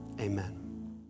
amen